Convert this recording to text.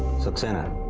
saxena.